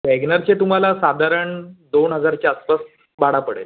wagon आरचे तुम्हाला साधारण दोन हजारच्या आसपास भाडे पडेल